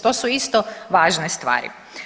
To su isto važne stvari.